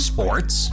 Sports